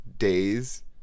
days